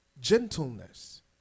gentleness